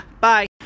Bye